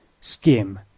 Skim